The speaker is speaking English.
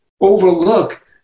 overlook